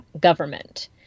government